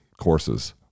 courses